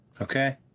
Okay